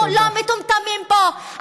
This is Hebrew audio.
אנחנו לא מטומטמים פה.